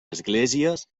esglésies